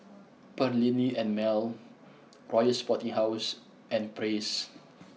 Perllini and Mel Royal Sporting House and Praise